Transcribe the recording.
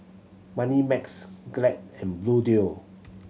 Moneymax Glade and Bluedio